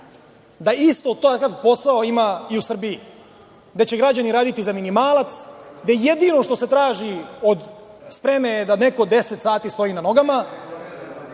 da isto takav posao ima i u Srbiji, gde će građani raditi za minimalac, da jedino što se traži od spreme je da neko deset sati stoji na nogama